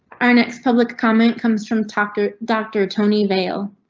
our next public comment comes from taco doctor tony veil.